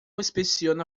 inspeciona